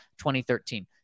2013